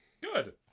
Good